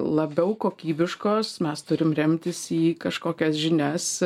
labiau kokybiškos mes turim remtis į kažkokias žinias